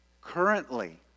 Currently